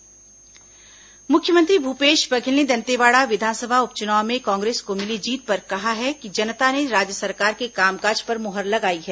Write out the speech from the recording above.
मख्यमंत्री प्रेसवार्ता मुख्यमंत्री भूपेश बघेल ने दंतेवाड़ा विघानसभा उप चुनाव में कांग्रेस को मिली जीत पर कहा है कि जनता ने राज्य सरकार के कामकाज पर मुहर लगाई है